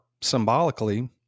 symbolically